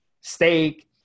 steak